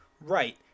right